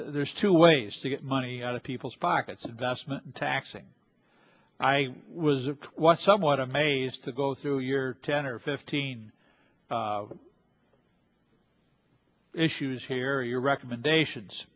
there's two ways to get money out of people's pockets vestment taxing i was it was somewhat amazed to go through your ten or fifteen issues here your recommendations